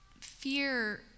fear